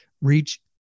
reach